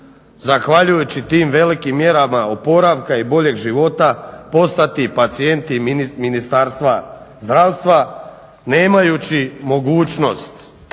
zahvaljujući tim velikim mjerama oporavka i boljeg života postati pacijenti Ministarstva zdravstva, nemajući mogućnost